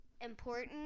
important